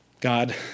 God